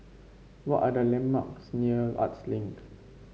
what are the landmarks near Arts Link